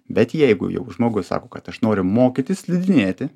bet jeigu jau žmogus sako kad aš noriu mokytis slidinėti